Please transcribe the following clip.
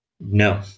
No